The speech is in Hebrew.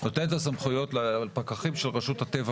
נותן את הסמכויות לפקחים של רשות הטבע